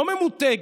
לא ממותגת,